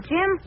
Jim